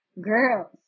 girls